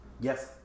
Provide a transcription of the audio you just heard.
yes